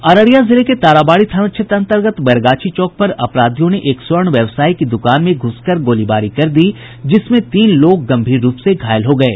अररिया जिले के ताराबाड़ी थाना क्षेत्र अंतर्गत बैरगाछी चौक पर अपराधियों ने एक स्वर्ण व्यवसायी की दुकान में घुस कर गोलीबारी कर दी जिसमें तीन लोग गंभीर रूप से घायल हो गये